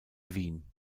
wien